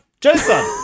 Jason